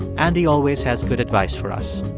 andy always has good advice for us.